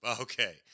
Okay